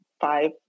five